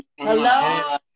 Hello